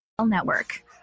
Network